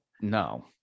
no